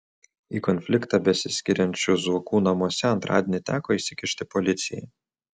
į konfliktą besiskiriančių zuokų namuose antradienį teko įsikišti policijai